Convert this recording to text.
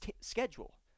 schedule